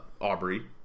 Aubrey